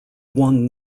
won